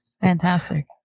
Fantastic